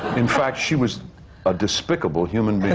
in fact, she was a despicable human being.